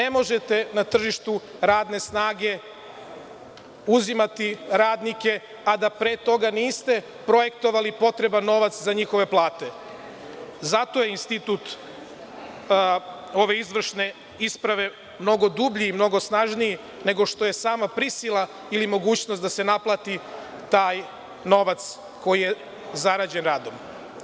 Ne možete na tržištu radne snage uzimati radnike, a da pre toga niste projektovali potreban novac za njihove plate, zato je institut ove izvršne isprave mnogo dublji i mnogo snažniji nego što je sama prisila ili mogućnost da se naplati taj novac koji je zarađen radom.